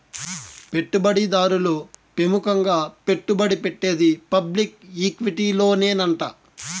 పెట్టుబడి దారులు పెముకంగా పెట్టుబడి పెట్టేది పబ్లిక్ ఈక్విటీలోనేనంట